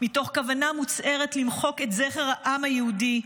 מתוך כוונה מוצהרת למחוק את זכר העם היהודי,